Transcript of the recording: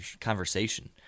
conversation